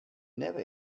never